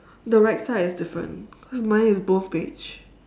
the right side is different cause mine is both beige